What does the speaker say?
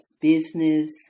business